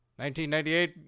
1998